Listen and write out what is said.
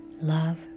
Love